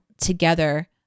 together